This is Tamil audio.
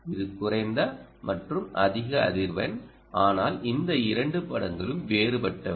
இது குறைந்த மற்றும் அதிக அதிர்வெண் ஆனால் இந்த இரண்டு படங்களும் வேறுபட்டவை